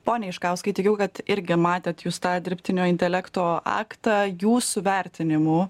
ponia iškauskai tikiu kad irgi matėt jūs tą dirbtinio intelekto aktą jūsų vertinimu